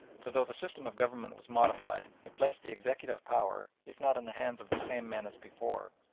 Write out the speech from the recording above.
for though the system of government was modified, it placed the executive power, if not in the hands of the same men as before,